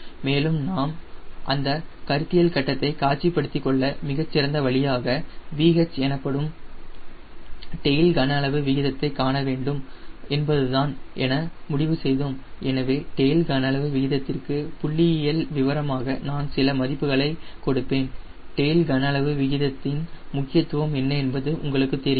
மேலும் நாம் அந்த கருத்தியல் கட்டத்தை காட்சிப்படுத்தி கண்டுகொள்ள மிகச் சிறந்த வழியாக VH எனப்படும் டெயில் கன அளவு விகிதத்தை காண வேண்டும் என்பதுதான் என முடிவு செய்தோம் எனவே டெயில் கன அளவு விகிதத்திற்கு புள்ளியியல் விவரமாக நான் சில மதிப்புகளை கொடுப்பேன் டெயில் கன அளவு விகிதத்தின் முக்கியத்துவம் என்ன என்பது உங்களுக்கு தெரியும்